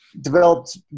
developed